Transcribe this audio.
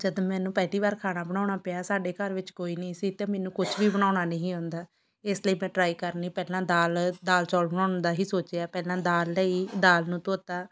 ਜਦ ਮੈਨੂੰ ਪਹਿਲੀ ਵਾਰ ਖਾਣਾ ਬਣਾਉਣਾ ਪਿਆ ਸਾਡੇ ਘਰ ਵਿੱਚ ਕੋਈ ਨਹੀਂ ਸੀ ਅਤੇ ਮੈਨੂੰ ਕੁਛ ਵੀ ਬਣਾਉਣਾ ਨਹੀਂ ਆਉਂਦਾ ਇਸ ਲਈ ਮੈਂ ਟਰਾਈ ਕਰਨੀ ਪਹਿਲਾਂ ਦਾਲ ਦਾਲ ਚੌਲ ਬਣਾਉਣ ਦਾ ਹੀ ਸੋਚਿਆ ਪਹਿਲਾਂ ਦਾਲ ਲਈ ਦਾਲ ਨੂੰ ਧੋਤਾ